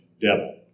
devil